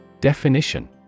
Definition